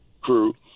crew